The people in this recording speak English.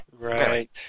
Right